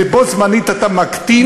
ובו-זמנית אתה מקטין,